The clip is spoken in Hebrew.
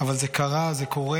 אבל זה קרה, זה קורה,